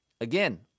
again